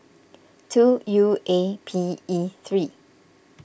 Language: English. two U A P E three